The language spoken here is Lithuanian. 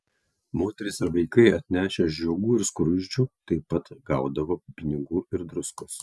moterys ir vaikai atnešę žiogų ir skruzdžių taip pat gaudavo pinigų ir druskos